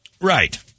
Right